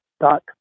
dot